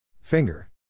Finger